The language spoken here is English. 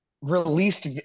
released